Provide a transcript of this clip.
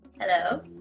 Hello